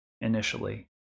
initially